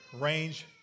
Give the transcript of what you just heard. range